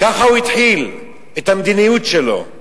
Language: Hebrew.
כך הוא התחיל את המדיניות שלו,